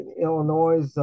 Illinois